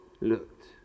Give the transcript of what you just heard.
looked